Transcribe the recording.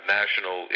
national